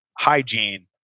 hygiene